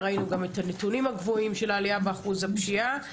ראינו גם את הנתונים הגבוהים של העלייה באחוזי הפשיעה,